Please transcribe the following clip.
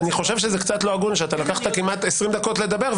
אני חושב שזה קצת לא הגון שאתה לקחת כמעט עשרים דקות לדבר,